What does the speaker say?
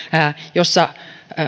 jossa